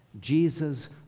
Jesus